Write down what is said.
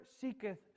seeketh